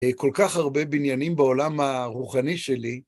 כל כך הרבה בניינים בעולם הרוחני שלי.